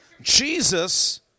Jesus